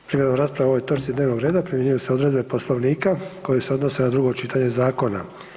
Prigodom rasprave o ovoj točci dnevnog reda primjenjuju se odredbe Poslovnika koje se odnose na drugo čitanje zakona.